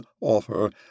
offer